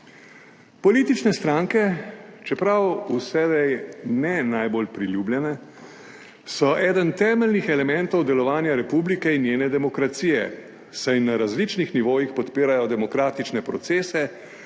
politične stranke, čeprav vselej ne najbolj priljubljene, so eden temeljnih elementov delovanja republike in njene demokracije, saj na različnih nivojih podpirajo demokratične procese,